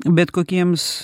bet kokiems